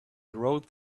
rolled